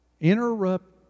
Interrupt